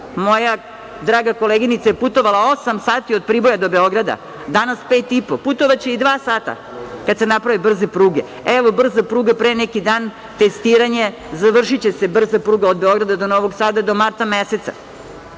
Moja draga koleginica je putovala osam sati od Priboja do Beograda, danas 5,5 sati. Putovaće i dva sata kad se naprave brze pruge. Evo, brza pruga pre neki dan testiranje. Završiće se brza pruga od Beograda do Novog Sada do marta meseca,